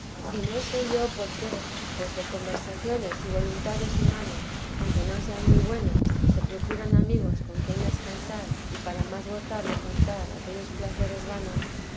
y no sé yo por qué pues de conversaciones y voluntades humanas aunque no sean muy buenas se procuran amigos con quien descansar y para más gozar de contar aquellos placeres vanos